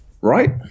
Right